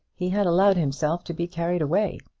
he had allowed himself to be carried away.